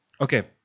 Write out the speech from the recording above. Okay